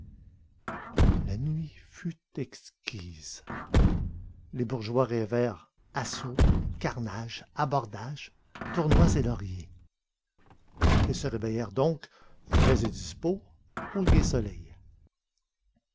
exquise les bourgeois rêvèrent assauts carnage abordages tournois et lauriers ils se réveillèrent donc frais et dispos au gai soleil